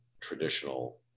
traditional